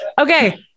okay